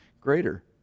greater